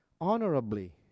honorably